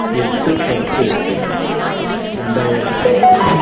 எட்டு பத்து ரெண்டாயிரத்து இருபது